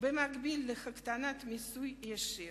במקביל להקטנת מיסוי ישיר.